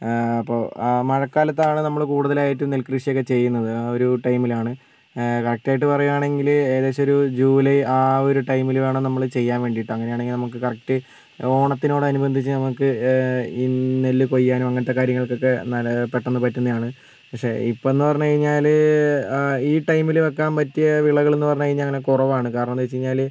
അപ്പോൾ ആ മഴക്കാലത്താണ് നമ്മൾ കൂടുതലായിട്ട് നെൽക്കൃഷിയക്കെ ചെയ്യുന്നത് ആ ഒരു ടൈമിലാണ് കറക്റ്റായിട്ട് പറയാണെങ്കിൽ ഏകദേശൊരു ജൂലൈ ആ ഒരു ടൈമിൽ വേണം നമ്മൾ ചെയ്യാൻ വേണ്ടീട്ട് അങ്ങനാണെങ്കിൽ നമുക്ക് കറക്റ്റ് ഓണത്തിനോടനുമ്പന്ധിച്ച് നമുക്ക് ഈ നെല്ല് കൊയ്യാനും അങ്ങനത്തെ കാര്യങ്ങൾക്കൊക്കെ പെട്ടന്ന് പറ്റുന്നതാണ് പക്ഷേ ഇപ്പമെന്ന് പറഞ്ഞ് കഴിഞ്ഞാൽ അ ഈ ടൈമില് വെക്കാൻ പറ്റിയ വിളകളെന്ന് പറഞ്ഞ് കഴിഞ്ഞാൽ അങ്ങനെ കുറവാണ് കാരണം എന്താന്ന് വെച്ച് കഴിഞ്ഞാൽ